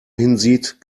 hinsieht